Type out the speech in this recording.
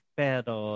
pero